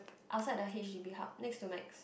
outside the h_d_b hub next to nex